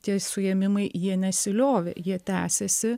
tie suėmimai jie nesiliovė jie tęsėsi